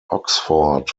oxford